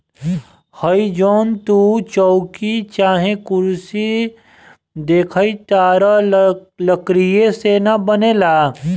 हइ जवन तू चउकी चाहे कुर्सी देखताड़ऽ इ लकड़ीये से न बनेला